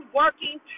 working